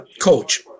coach